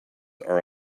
are